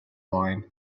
line